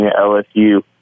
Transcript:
LSU